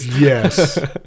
Yes